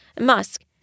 Musk